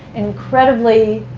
incredibly